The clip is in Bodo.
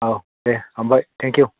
औ दे हामबाय थेंक इउ